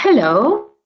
Hello